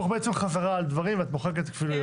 בעצם חזרה על דברים ואת מוחקת כפילויות.